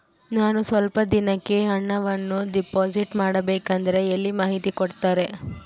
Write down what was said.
ನಾನು ಸ್ವಲ್ಪ ದಿನಕ್ಕೆ ಹಣವನ್ನು ಡಿಪಾಸಿಟ್ ಮಾಡಬೇಕಂದ್ರೆ ಎಲ್ಲಿ ಮಾಹಿತಿ ಕೊಡ್ತಾರೆ?